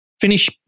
finish